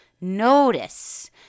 Notice